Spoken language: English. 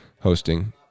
hosting